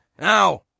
Now